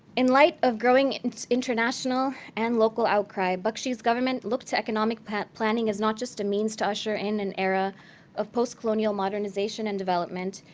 in light of growing international and local outcry, bakshi's government looked to economic planning as not just a means to usher in an era of post-colonial modernization and development,